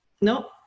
no